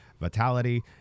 vitality